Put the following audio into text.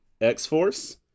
X-Force